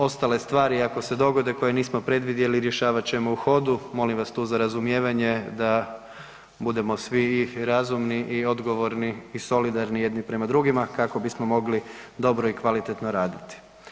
Ostale stvari ako se dogode koje nismo predvidjeli rješavat ćemo u hodu, molim vas tu za razumijevanje da budemo svi i razumni i odgovorni i solidarni jedni prema drugima kako bismo mogli dobro i kvalitetno raditi.